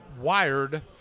wired